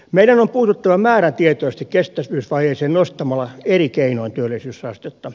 meidän on puututtava määrätietoisesti kestävyysvajeeseen nostamalla eri keinoin työllisyysastetta